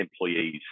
employees